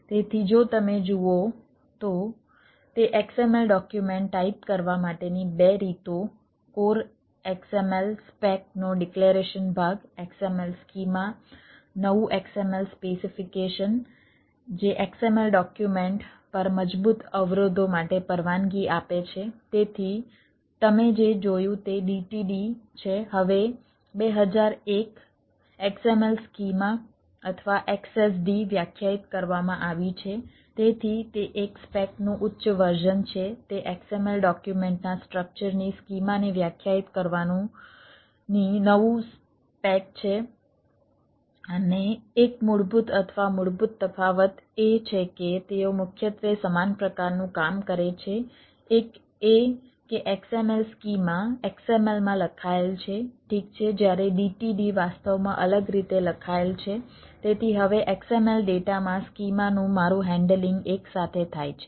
તેથી જો તમે જુઓ તો તે XML ડોક્યુમેન્ટ ટાઈપ કરવા માટેની બે રીતો કોર XML સ્પેક એકસાથે થાય છે